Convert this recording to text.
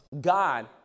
God